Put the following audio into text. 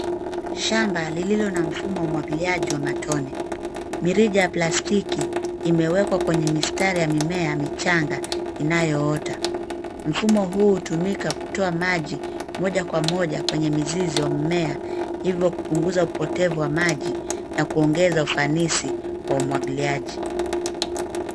Shamba lililo na mfumo wa umwagiliaji wa matone. Mirija ya plastiki, imewekwa kwenye mistari ya mimea ya michanga, inayoota. Mfumo huu hutumika kutoa maji ,moja kwa moja kwenye mizizi wa mmea ,hivyo kupunguza upotevu wa maji na kuongeza ufanisi wa umwagiliaji.